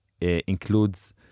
includes